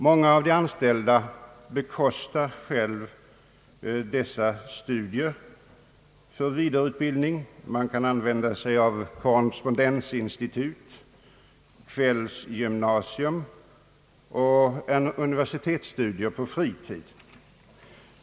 Många av de anställda bekostar själva denna vidareutbildning. De studerar på fritiden vid = korrespondensinstitut, kvällsgymnasium eller universitet.